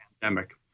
pandemic